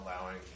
allowing